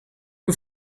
you